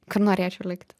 kur norėčiau likti